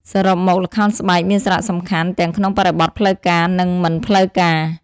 សរុបមក ល្ខោនស្បែកមានសារៈសំខាន់ទាំងក្នុងបរិបទផ្លូវការនិងមិនផ្លូវការ។